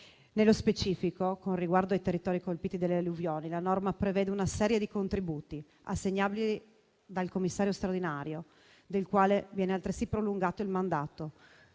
Nello specifico, con riguardo ai territori colpiti dalle alluvioni, la norma prevede una serie di contributi assegnabili dal commissario straordinario, del quale viene altresì prolungato il mandato,